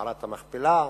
מערת המכפלה,